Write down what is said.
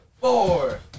four